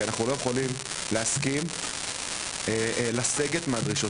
אנחנו לא יכולים להסכים לסגת מהדרישות